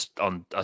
on